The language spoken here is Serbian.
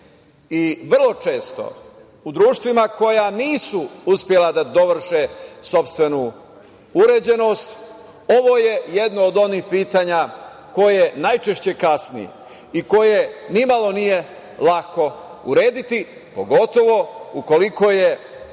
vrlo često u društvima koja nisu uspela da dovrše sopstvenu uređenost, ovo je jedno od onih pitanja koje najčešće kasni i koje ni malo nije lako urediti, pogotovo ukoliko je